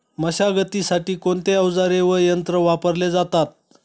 मशागतीसाठी कोणते अवजारे व यंत्र वापरले जातात?